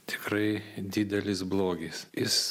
tikrai didelis blogis jis